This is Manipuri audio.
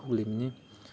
ꯊꯣꯛꯂꯤꯕꯅꯤ